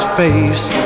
face